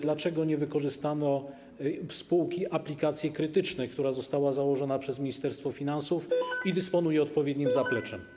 Dlaczego nie wykorzystano spółki Aplikacje Krytyczne, która została założona przez Ministerstwo Finansów i dysponuje odpowiednim zapleczem?